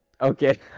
Okay